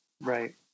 Right